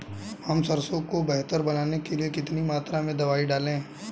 हम सरसों को बेहतर बनाने के लिए कितनी मात्रा में दवाई डालें?